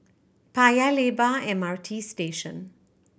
Paya Lebar M R T Station